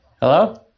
Hello